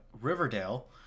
riverdale